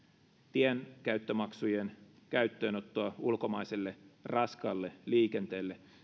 tienkäyttömaksujen käyttöönottoa ulkomaiselle raskaalle liikenteelle